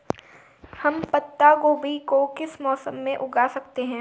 हम पत्ता गोभी को किस मौसम में उगा सकते हैं?